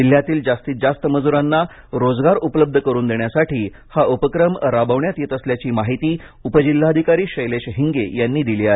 जिल्ह्यातील जास्तीत जास्त मजुरांना रोजगार उपलब्ध करून देण्यासाठी हा उपक्रम राबविण्यात येत असल्याची माहिती उपजिल्हाधिकारी शैलेश हिंगे यांनी दिली आहे